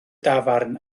dafarn